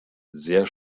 sehr